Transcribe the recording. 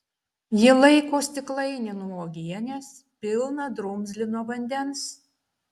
ji laiko stiklainį nuo uogienės pilną drumzlino vandens